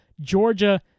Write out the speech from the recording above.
Georgia